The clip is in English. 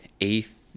eighth